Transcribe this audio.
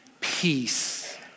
peace